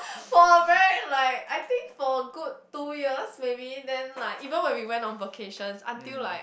for a very like I think for good two years maybe then like even when we went on vacations until like